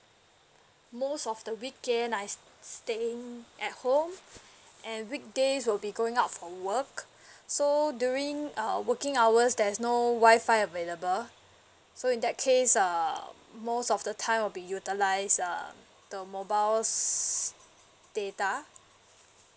most of the weekend I st~ staying at home and weekdays will be going out for work so during err working hours there's no WI-FI available so in that case uh most of the time will be utilise err the mobile's data